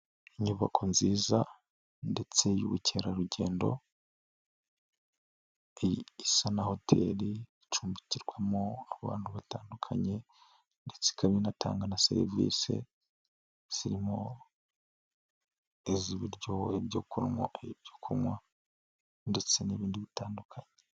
Inyubako nziza ndetse y'ubukerarugendo isa na hoteli icumbikirwamo abantu batandukanye ndetse ikaba inatanga na serivisi zirimo iz'ibiryo, ibyo kunywa, ibyo kunywa ndetse n'ibindi bitandukanye.